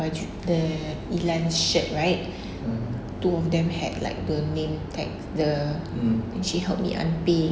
baju the ilan shirt right two of them had like the name tag the she helped me unpay